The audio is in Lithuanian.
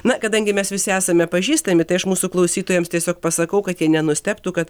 na kadangi mes visi esame pažįstami tai aš mūsų klausytojams tiesiog pasakau kad jie nenustebtų kad